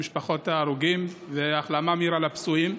למשפחות ההרוגים והחלמה מהירה לפצועים.